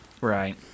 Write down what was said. Right